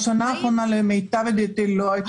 בשנה האחרונה, למיטב ידיעתי, לא הייתה הסטה.